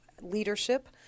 leadership